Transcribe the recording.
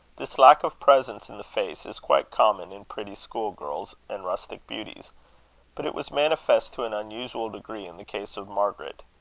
this lack of presence in the face is quite common in pretty school-girls and rustic beauties but it was manifest to an unusual degree in the case of margaret.